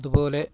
അതു പോലെ